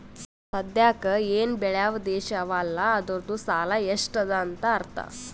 ಸದ್ಯಾಕ್ ಎನ್ ಬೇಳ್ಯವ್ ದೇಶ್ ಅವಾ ಅಲ್ಲ ಅದೂರ್ದು ಸಾಲಾ ಎಷ್ಟ ಅದಾ ಅಂತ್ ಅರ್ಥಾ